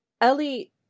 Ellie